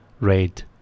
red